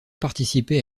participé